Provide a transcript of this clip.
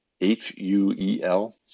H-U-E-L